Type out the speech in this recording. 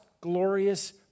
glorious